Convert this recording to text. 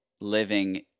living